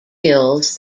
gills